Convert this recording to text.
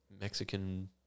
Mexican